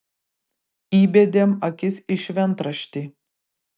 įbedėm akis į šventraštį